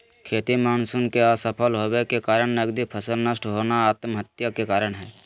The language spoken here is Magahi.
खेती मानसून के असफल होबय के कारण नगदी फसल नष्ट होना आत्महत्या के कारण हई